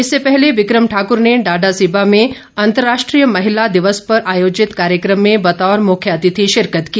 इससे पहले बिक्रम ठाकुर ने डाडासीबा में अंतर्राष्ट्रीय महिला दिवस पर आयोजित कार्यक्रम में बतौर मुख्यातिथि शिरकत की